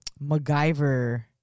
MacGyver